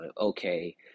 okay